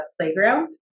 playground